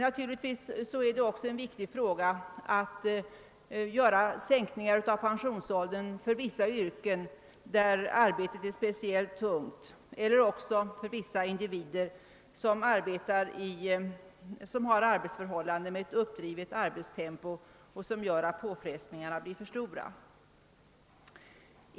Naturligtvis är det också viktigt att sänka pensionsåldern för personer i vissa yrken där arbetet är speciellt tungt eller för vissa individer som har arbetsförhållanden med ett högt uppdrivet arbetstempo, vilket gör att påfrestningarna blir för stora.